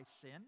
sin